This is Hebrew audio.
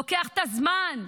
לוקח את הזמן?